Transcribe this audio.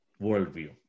worldview